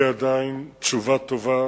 עדיין אין לי תשובה טובה